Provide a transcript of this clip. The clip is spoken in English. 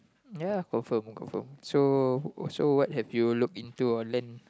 ya confirm confirm so so what have you look into or land